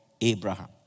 Abraham